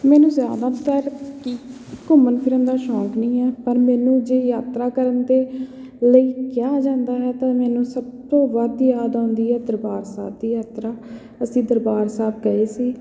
ਮੈਨੂੰ ਜ਼ਿਆਦਾਤਰ ਕੀ ਘੁੰਮਣ ਫਿਰਨ ਦਾ ਸ਼ੌਕ ਨਹੀਂ ਹੈ ਪਰ ਮੈਨੂੰ ਜੇ ਯਾਤਰਾ ਕਰਨ ਦੇ ਲਈ ਕਿਹਾ ਜਾਂਦਾ ਹੈ ਤਾਂ ਮੈਨੂੰ ਸਭ ਤੋਂ ਵੱਧ ਯਾਦ ਆਉਂਦੀ ਹੈ ਦਰਬਾਰ ਸਾਹਿਬ ਦੀ ਯਾਤਰਾ ਅਸੀਂ ਦਰਬਾਰ ਸਾਹਿਬ ਗਏ ਸੀ